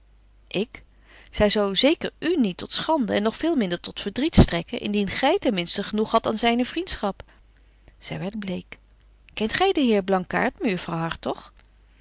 ik zy zou zeker u niet tot schande en nog veel minder tot verdriet strekken indien gy ten minsten genoeg hadt aan zyne vriendschap zy werdt bleek kent gy den heer blankaart